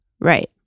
right